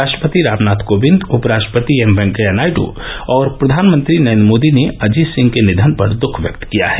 राष्ट्रपति रामनाथ कोविंद उपराष्ट्रपति एम वेंकैया नायडू और प्रधानमंत्री नरेन्द्र मोदी ने अजीत सिंह के निधन पर दुख व्यक्त किया है